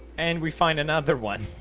and we find another one